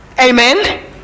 Amen